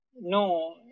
no